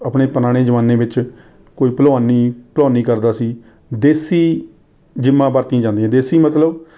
ਆਪਣੇ ਪੁਰਾਣੇ ਜ਼ਮਾਨੇ ਦੇ ਵਿੱਚ ਕੋਈ ਭਲਵਾਨੀ ਭਲਵਾਨੀ ਕਰਦਾ ਸੀ ਦੇਸੀ ਜਿੰਮਾਂ ਵਰਤੀਆਂ ਜਾਂਦੀਆਂ ਦੇਸੀ ਮਤਲਬ